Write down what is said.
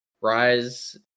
Rise